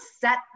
set